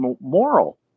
moral